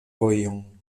vojon